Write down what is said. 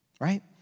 right